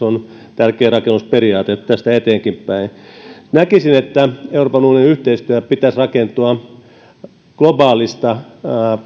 on tärkeä rakennusperiaate tästä eteenkinpäin näkisin että euroopan unionin yhteistyön pitäisi rakentua globaalista